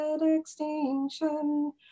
extinction